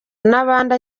n’abandi